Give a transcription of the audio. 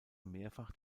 mehrfach